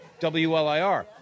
WLIR